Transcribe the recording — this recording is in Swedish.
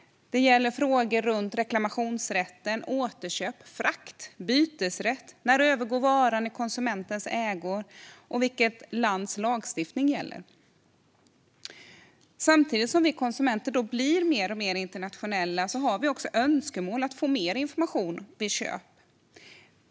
Vad gäller i fråga om reklamationsrätt, återköp, frakt och bytesrätt? När övergår varan i konsumentens ägo, och vilket lands lagstiftning gäller? Samtidigt som vi konsumenter blir mer och mer internationella har vi önskemål om att få mer information vid köp.